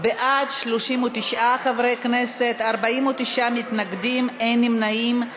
בעד, 39 חברי כנסת, 49 מתנגדים, אין נמנעים.